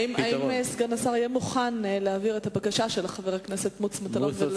האם סגן השר יהיה מוכן להעביר את הבקשה של חבר הכנסת מוץ מטלון?